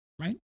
right